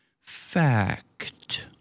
fact